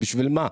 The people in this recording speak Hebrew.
בשביל מה?